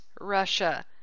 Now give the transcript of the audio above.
Russia